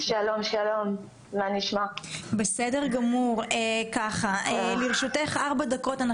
לרשותך ארבע דקות,